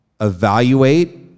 evaluate